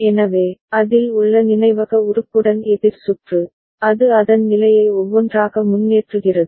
எனவே அதில் உள்ள நினைவக உறுப்புடன் எதிர் சுற்று அது அதன் நிலையை ஒவ்வொன்றாக முன்னேற்றுகிறது